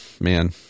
man